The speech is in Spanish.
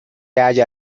haya